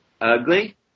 ugly